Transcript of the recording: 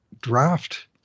draft